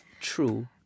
True